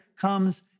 comes